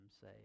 say